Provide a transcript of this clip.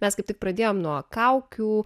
mes kaip tik pradėjom nuo kaukių